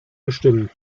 bestimmen